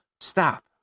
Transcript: stop